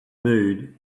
mood